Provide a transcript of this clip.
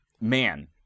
man